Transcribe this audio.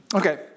Okay